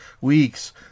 weeks